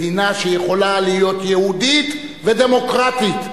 מדינה שיכולה להיות יהודית ודמוקרטית.